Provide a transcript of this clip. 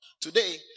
Today